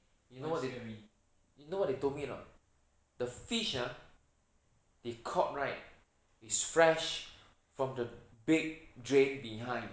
you know what you know what they told me or not the fish ah they caught right is fresh from the big drain behind